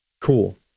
Cool